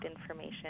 information